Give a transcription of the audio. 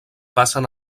passen